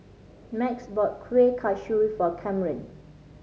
Max bought kueh kosui for Kamren